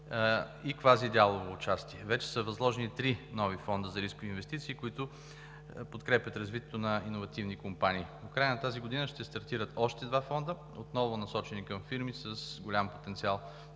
и квази дялово участие. Вече са възложени три нови фонда за рискови инвестиции, които подкрепят развитието на иновативни компании. До края на тази година ще стартират още два фонда, отново насочени към фирми с голям потенциал